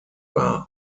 war